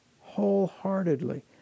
wholeheartedly